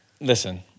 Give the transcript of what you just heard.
Listen